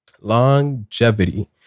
longevity